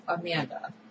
Amanda